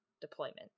deployment